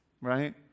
right